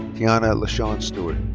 tiana lashawn stewart.